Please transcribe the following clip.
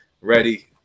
ready